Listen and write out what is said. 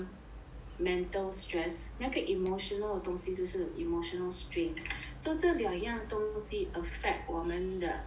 mental stress 那个 emotional 东西就是 emotional strain so 这两样东西 affect 我们的